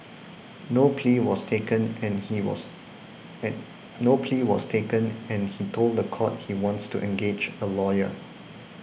no plea was taken and he was and no plea was taken and he told the court he wants to engage a lawyer